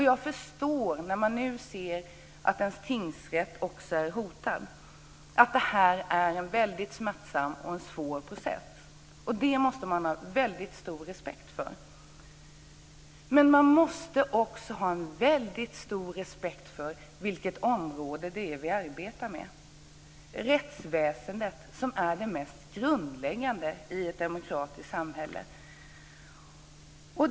Jag förstår att det för den som ser att ens egen tingsrätt är hotad är en väldigt smärtsam och svår process. Det måste man ha en väldigt stor respekt för men man måste också ha en väldigt stor respekt för vilket område det är som vi arbetar med. Rättsväsendet är ju det mest grundläggande i ett demokratiskt samhälle. Fru talman!